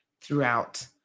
throughout